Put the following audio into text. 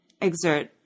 exert